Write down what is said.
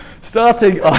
Starting